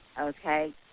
Okay